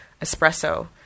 espresso